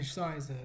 size